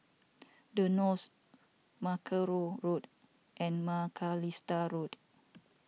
the Knolls Mackerrow Road and Macalister Road